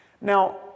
Now